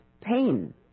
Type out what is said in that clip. pain